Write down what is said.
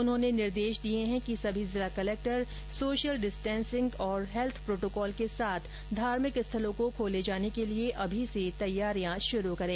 उन्होंने निर्देश दिए हैं कि सभी जिला कलेक्टर सोशल डिस्टेंसिंग और हैत्थ प्रोटोकॉल के साथ धार्मिक स्थलों को खोले जाने के लिए अभी से तैयारी शुरू करें